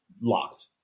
locked